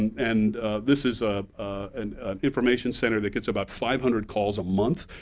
and this is ah an information center that gets about five hundred calls a month,